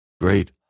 great